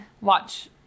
watch